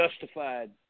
justified